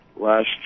last